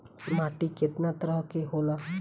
माटी केतना तरह के होला?